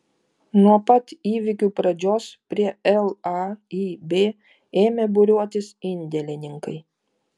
nuo pat įvykių pradžios prie laib ėmė būriuotis indėlininkai